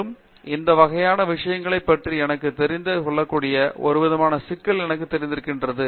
பேராசிரியர் பிரதாப் ஹரிதாஸ் மேலும் இந்த வகையான விஷயங்களைப் பற்றி எனக்குத் தெரிந்து கொள்ளக்கூடிய ஒருவிதமான சிக்கல் எனக்குத் தெரிந்திருக்கின்றது